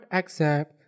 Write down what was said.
accept